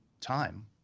time